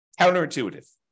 Counterintuitive